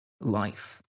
Life